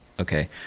okay